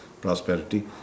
prosperity